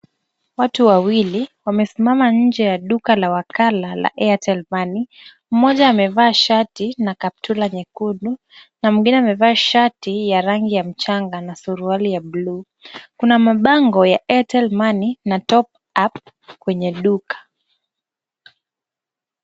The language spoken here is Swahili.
Watu wawili wamesimama nje ya duka la wakala la airtel money. Mmoja amevaa shati na kaptura nyekundu na mwingine amevaa shati ya rangi ya mchanga na suruali ya blue . Kuna mabango ya airtel money na topup kwenye duka.